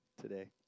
today